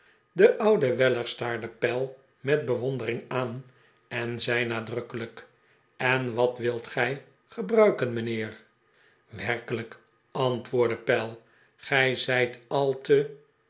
de oude weller staarde pell met bewondering aan en zei nadrukkelijk en wat wilt gij gebruiken mijnheer werkelijk antwoordde pell gij zijt al te